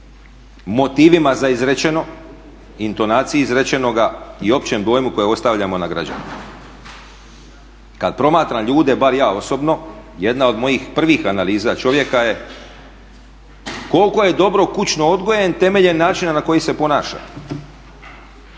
motivima za izrečeno, intonaciji izrečenoga i općem dojmu kojeg ostavljamo na građanima. Kada promatram ljude, bar ja osobno jedna od mojih prvih analiza čovjeka je koliko je dobro kućno odgojem temeljem načina na koji se ponaša.